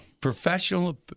Professional